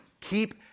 keep